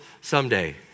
someday